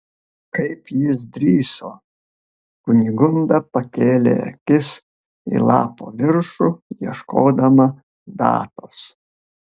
kaip jis drįso kunigunda pakėlė akis į lapo viršų ieškodama datos